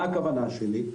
מה הכוונה שלי?